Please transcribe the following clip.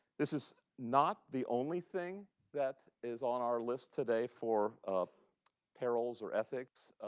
this is not the only thing that is on our list today for perils or ethics,